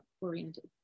oriented